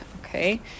okay